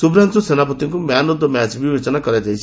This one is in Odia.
ସୁଭ୍ରାଂଶୁ ସେନାପତିଙ୍କୁ ମ୍ୟାନ୍ ଅଫ୍ ଦ ମ୍ୟାଚ୍ ବିବେଚନା କରାଯାଇଛି